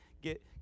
get